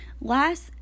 last